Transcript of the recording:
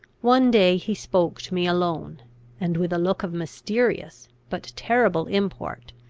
one day he spoke to me alone and, with a look of mysterious but terrible import,